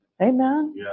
Amen